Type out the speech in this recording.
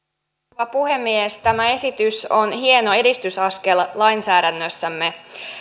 rouva puhemies tämä esitys on hieno edistysaskel lainsäädännössämme